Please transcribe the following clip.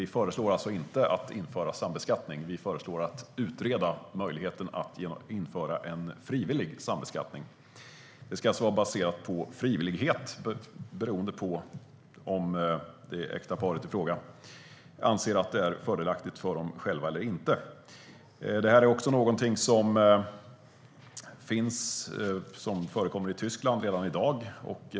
Vi föreslår inte att man ska införa sambeskattning. Vi föreslår att man ska utreda möjligheten att införa en frivillig sambeskattning. Det ska alltså vara baserat på frivillighet, beroende på om det äkta paret i fråga anser att det är fördelaktigt för dem själva eller inte. Detta är någonting som förekommer i Tyskland redan i dag.